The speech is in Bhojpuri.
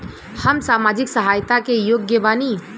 हम सामाजिक सहायता के योग्य बानी?